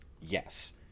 Yes